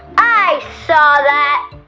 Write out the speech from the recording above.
i saw that!